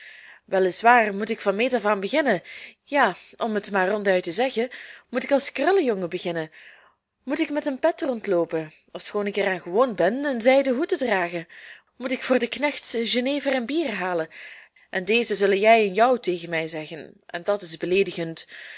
waar moet ik van meet af aan beginnen ja om het maar ronduit te zeggen moet ik als krullejongen beginnen moet ik met een pet rondloopen ofschoon ik er aan gewoon ben een zijden hoed te dragen moet ik voor de knechts jenever en bier halen en dezen zullen jij en jou tegen mij zeggen en dat is beleedigend